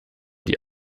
die